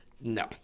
No